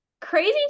crazy